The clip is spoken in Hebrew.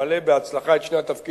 שאפשר למלא בהצלחה את שני התפקידים,